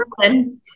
Berlin